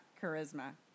charisma